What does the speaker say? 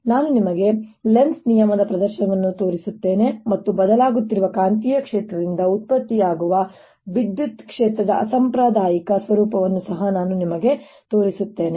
ನಾನು ನಿಮಗೆ ಲೆನ್ಜ್ ನಿಯಮದ ಪ್ರದರ್ಶನವನ್ನು ತೋರಿಸುತ್ತೇನೆ ಮತ್ತು ಬದಲಾಗುತ್ತಿರುವ ಕಾಂತೀಯ ಕ್ಷೇತ್ರದಿಂದ ಉತ್ಪತ್ತಿಯಾಗುವ ವಿದ್ಯುತ್ ಕ್ಷೇತ್ರದ ಅಸಾಂಪ್ರದಾಯಿಕ ಸ್ವರೂಪವನ್ನು ಸಹ ನಾನು ನಿಮಗೆ ತೋರಿಸುತ್ತೇನೆ